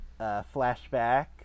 flashback